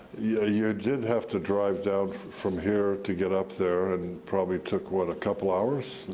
yeah you did have to drive down from here to get up there, and probably took what, a couple hours?